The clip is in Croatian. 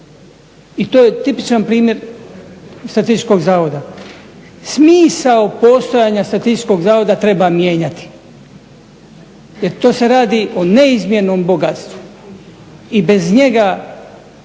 i to je tipičan primjer Statističkog zavoda. Smisao postojanja Statističkog zavoda treba mijenjati. Jer to se radi o neizmjernom bogatstvu. I bez njega